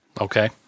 Okay